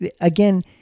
again